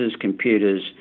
computers